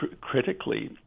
critically